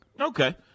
Okay